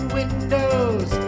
windows